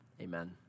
amen